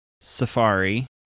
Safari